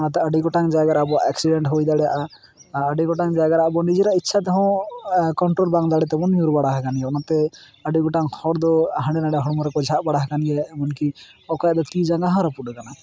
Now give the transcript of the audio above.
ᱚᱱᱟᱛᱮ ᱟᱹᱰᱤ ᱜᱚᱴᱟᱝ ᱡᱟᱭᱜᱟᱨᱮ ᱟᱵᱚᱣᱟᱜ ᱮᱠᱥᱤᱰᱮᱸᱴ ᱦᱩᱭᱫᱟᱲᱮᱭᱟᱜᱼᱟ ᱟᱨ ᱟᱹᱰᱤ ᱜᱚᱴᱟᱝ ᱡᱟᱭᱜᱟᱨᱮ ᱟᱵᱚ ᱱᱤᱡᱮᱨᱟᱜ ᱤᱪᱪᱷᱟ ᱛᱮᱦᱚᱸ ᱠᱚᱱᱴᱨᱳᱞ ᱵᱟᱝ ᱫᱟᱲᱮ ᱛᱮᱵᱚᱱ ᱧᱩᱨ ᱵᱟᱲᱟ ᱟᱠᱟᱱ ᱜᱮᱭᱟ ᱚᱱᱟᱛᱮ ᱟᱹᱰᱤ ᱜᱚᱴᱟᱝ ᱦᱚᱲ ᱫᱚ ᱦᱟᱸᱰᱮ ᱱᱟᱸᱰᱮ ᱦᱚᱲᱢᱚ ᱨᱮᱠᱚ ᱡᱷᱟᱜ ᱵᱟᱲᱟ ᱟᱠᱟᱱ ᱜᱮᱭᱟ ᱮᱢᱚᱱ ᱠᱤ ᱚᱠᱚᱭᱟᱜ ᱫᱚ ᱛᱤ ᱡᱟᱸᱜᱟ ᱦᱚᱸ ᱨᱟᱹᱯᱩᱫ ᱟᱠᱟᱱᱟ